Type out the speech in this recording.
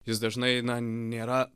jis dažnai na nėra